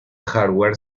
hardware